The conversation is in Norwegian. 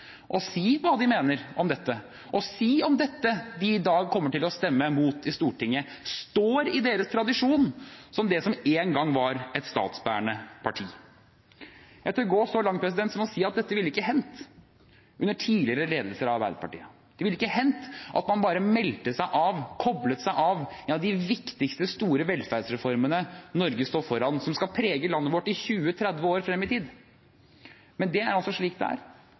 og si hva de mener om dette, si om dette de i dag kommer til å stemme mot i Stortinget, står i deres tradisjon som det som en gang var et statsbærende parti. Jeg tør gå så langt som å si at dette ikke ville hendt under tidligere ledelser av Arbeiderpartiet. Det ville ikke hendt at man bare meldte seg av, koblet seg av en av de viktigste store velferdsreformene Norge står foran, og som skal prege landet vårt 20–30 år frem i tid. Men det er altså slik